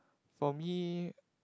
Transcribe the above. for me